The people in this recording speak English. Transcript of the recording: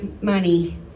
money